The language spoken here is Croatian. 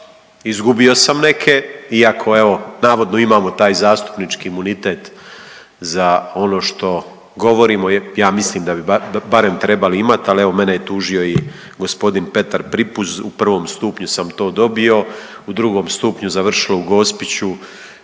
izgubio sam neke iako evo navodno imamo taj zastupnički imunitet za ono što govorimo ja mislim da bi barem trebali imati. Ali evo mene je tužio i gospodin Petar Pripuz, u prvom stupnju sam to dobio, u drugom stupnju završilo u Gospiću